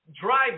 drive